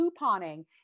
couponing